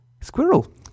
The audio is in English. squirrel